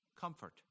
comfort